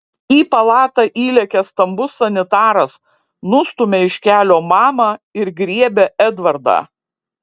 į palatą įlekia stambus sanitaras nustumia iš kelio mamą ir griebia edvardą